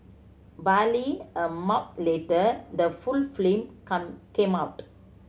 barely a month later the full film come came out